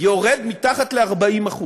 יורד מתחת ל-40%.